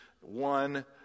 one